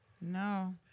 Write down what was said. No